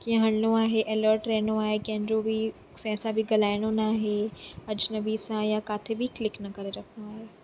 कीअं हलणो आहे एलर्ट रहणो आहे कंहिंजो बि कंहिंसां बि ॻल्हाइणो न आहे अजनबी सां या किथे बि क्लिक न करे रखणो आहे